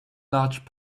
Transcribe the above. large